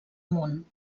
món